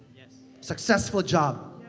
yeah successful job?